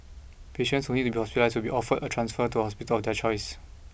patients who need to be hospitalised will be offered a transfer to a hospital of their choice